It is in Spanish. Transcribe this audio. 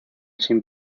sin